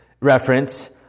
reference